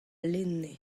lenne